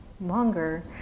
longer